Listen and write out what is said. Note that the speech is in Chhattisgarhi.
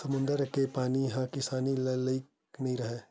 समुद्दर के पानी ह किसानी के लइक नइ राहय